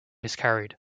miscarried